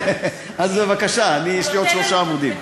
אז בבקשה, יש לי עוד שלושה עמודים.